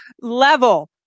level